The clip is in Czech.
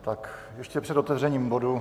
Tak ještě před otevřením bodu.